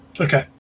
Okay